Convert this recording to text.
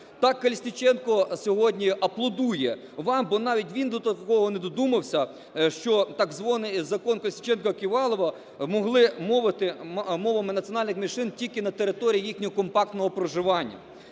Так, Колесніченко сьогодні аплодує вам, бо навіть він до такого не додумався, що так званий Закон "Колесніченка-Ківалова" могли мовити мовами національних меншин тільки на території їхнього компактного проживання.